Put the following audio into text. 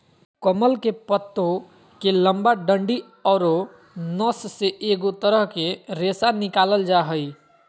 कमल के पत्तो के लंबा डंडि औरो नस से एगो तरह के रेशा निकालल जा हइ